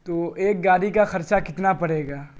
تو ایک گاڑی کا خرچہ کتنا پڑے گا